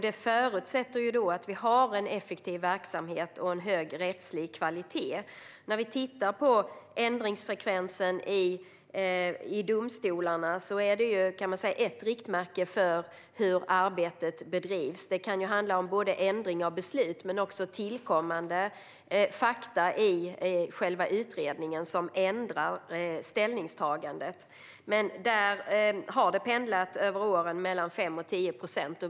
Det förutsätter att vi har en effektiv verksamhet med hög rättslig kvalitet. Ändringsfrekvensen i domstolarna kan man säga är ett riktmärke för hur arbetet bedrivs. Det kan handla om ändring av beslut men också tillkommande fakta i själva utredningen som ändrar ställningstagandet. Här har det pendlat genom åren mellan 5 och 10 procent.